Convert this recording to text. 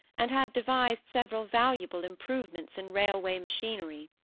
and had devised several valuable improvements in railway machinery.